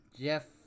jeff